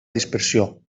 dispersió